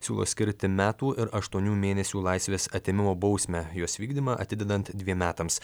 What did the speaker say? siūlo skirti metų ir aštuonių mėnesių laisvės atėmimo bausmę jos vykdymą atidedant dviem metams